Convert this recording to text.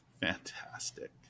Fantastic